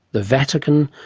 the vatican,